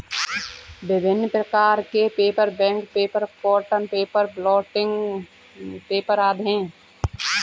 विभिन्न प्रकार के paper, bank paper, cotton paper, blotting paper आदि हैं